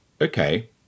Okay